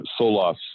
Solas